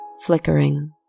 flickering